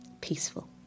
peaceful